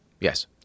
Yes